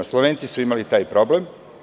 Slovenci su imali taj problem.